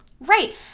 Right